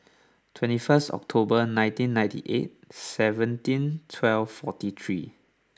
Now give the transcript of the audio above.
twenty first October nineteen ninety eight seventeen twelve forty three